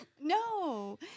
No